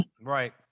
Right